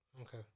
okay